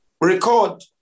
record